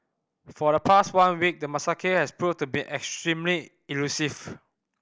for the past one week the macaque has proven to be extremely elusive